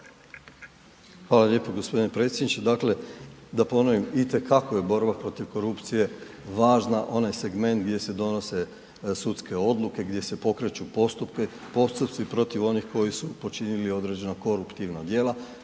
Hvala lijepo g. predsjedniče. Dakle, da ponovim, itekako je borba protiv korupcije važna, onaj segment gdje se donose sudske odluke, gdje se pokreću postupci protiv onih koji su počinili određena koruptivna djela,